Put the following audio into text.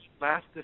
last